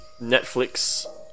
Netflix